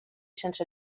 sense